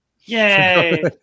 Yay